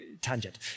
tangent